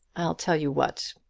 i'll tell you what.